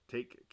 Take